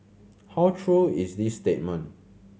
how true is this statement